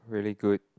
really good